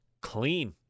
clean